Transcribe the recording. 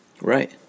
Right